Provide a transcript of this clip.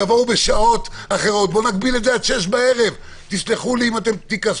נגביל את זה עד 18:00. סלחו לי אם תכעסו.